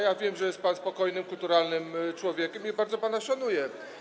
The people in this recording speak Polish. Ja wiem, że jest pan spokojnym, kulturalnym człowiekiem, i bardzo pana szanuję.